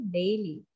daily